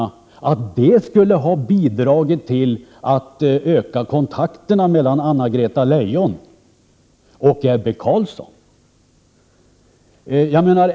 Ni menar att detta skulle ha bidragit till att öka kontakterna mellan Anna-Greta Leijon och Ebbe Carlsson.